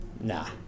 Nah